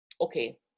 Okay